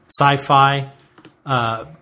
sci-fi